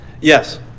Yes